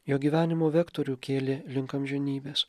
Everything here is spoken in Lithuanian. jo gyvenimo vektorių kėlė link amžinybės